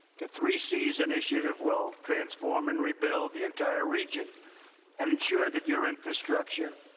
the three seas initiative will transform and rebuild the entire region and ensure that your infrastructure,